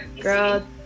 Girl